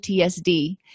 PTSD